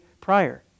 prior